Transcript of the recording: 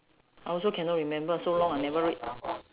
I also cannot remember so long I never read